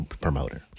promoter